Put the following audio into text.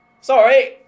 Sorry